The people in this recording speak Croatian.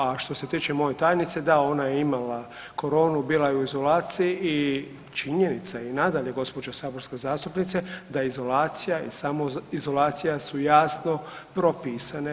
A što se tiče moje tajnice, da ona je imala coronu, bila je u izolaciji i činjenica je i nadalje gospođo saborska zastupnice da izolacija i samoizolacija su jasno propisane.